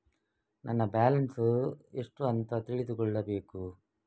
ನನ್ನ ಬ್ಯಾಲೆನ್ಸ್ ಎಷ್ಟು ಅಂತ ತಿಳಿದುಕೊಳ್ಳಬೇಕು?